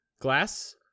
glass